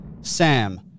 Sam